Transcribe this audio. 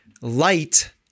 Light